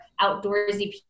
outdoorsy